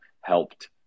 helped